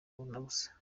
busa